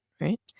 right